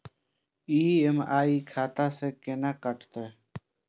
EMI खाता से केना कटते?